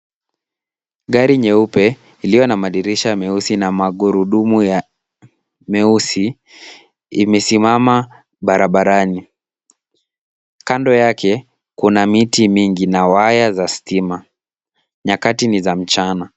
Gari nyeupe iliyo na madirisha meusi na magurudumu ya meusi, imesimama barabarani. Kando yake kuna miti mingi na waya za stima. Nyakati ni za mchana.